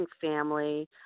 family